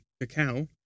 cacao